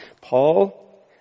Paul